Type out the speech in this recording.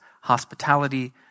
hospitality